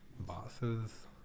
bosses